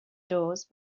doors